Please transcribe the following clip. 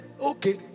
Okay